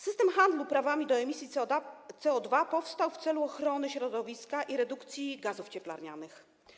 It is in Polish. System handlu prawami do emisji CO2 powstał w celu ochrony środowiska i redukcji gazów cieplarnianych.